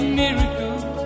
miracles